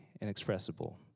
inexpressible